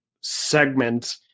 segment